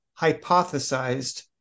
hypothesized